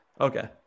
Okay